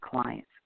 clients